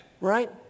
right